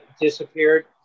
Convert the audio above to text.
disappeared